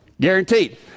Guaranteed